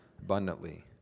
Abundantly